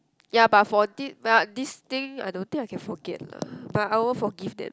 ya but for di~ but this thing I don't think I can forget lah but I will forgive them